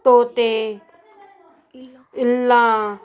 ਤੋਤੇ ਇੱਲਾਂ